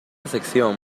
sección